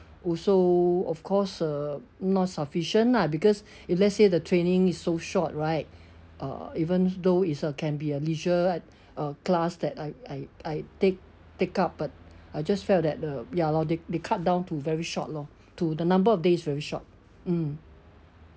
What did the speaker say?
also of course uh not sufficient lah because if let's say the training is so short right uh even though it uh can be a leisure uh class that I I I take take up but I just felt that the ya lor they cut down to very short lor to the number of days very short mm